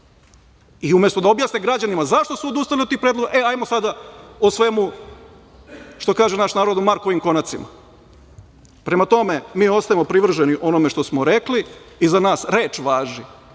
i umesto da objasne građanima zašto su odustali od tih predloga, e, hajmo sada o svemu, što kaže naš narod, o Markovim konacima. Prema tome, mi ostajemo privrženi onome što smo rekli i za nas reč važi,